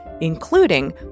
including